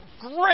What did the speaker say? Great